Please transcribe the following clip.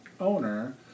owner